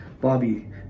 Bobby